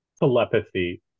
Telepathy